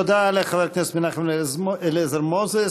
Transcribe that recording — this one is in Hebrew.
תודה לחבר הכנסת מנחם אליעזר מוזס.